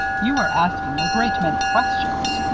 you are asking a great many questions,